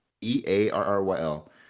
E-A-R-R-Y-L